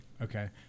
okay